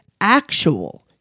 actual